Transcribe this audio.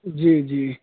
جی جی